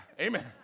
Amen